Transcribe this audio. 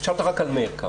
רק על מאיר.